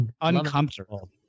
uncomfortable